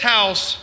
House